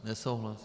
Nesouhlas.